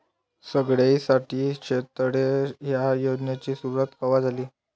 सगळ्याइसाठी शेततळे ह्या योजनेची सुरुवात कवा झाली?